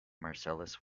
marcellus